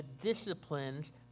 disciplines